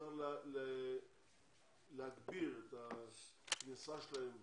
צריך להגביר את הכניסה שלהם.